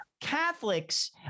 Catholics